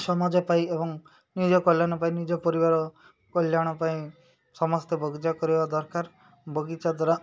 ସମାଜ ପାଇଁ ଏବଂ ନିଜ କଲ୍ୟାଣ ପାଇଁ ନିଜ ପରିବାର କଲ୍ୟାଣ ପାଇଁ ସମସ୍ତେ ବଗିଚା କରିବା ଦରକାର ବଗିଚା ଦ୍ୱାରା